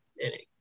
inning